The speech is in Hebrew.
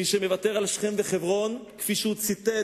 מי שמוותר על שכם וחברון, כפי שהוא ציטט